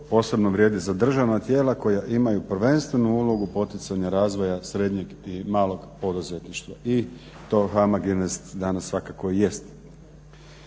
posebno vrijedi za državna tijela koja imaju prvenstvenu ulogu poticanja razvoja srednjeg i malog poduzetništva i to HAMAG INVEST danas svakako i jest.